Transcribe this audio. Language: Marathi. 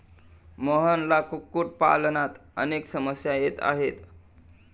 मोहनला कुक्कुटपालनात अनेक समस्या येत आहेत